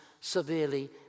severely